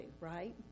right